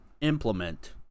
implement